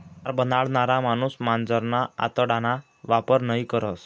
तार बनाडणारा माणूस मांजरना आतडाना वापर नयी करस